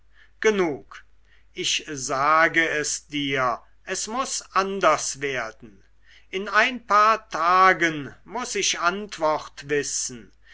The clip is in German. genug ich sage dir es muß anders werden in ein paar tagen muß ich antwort wissen